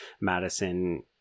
Madison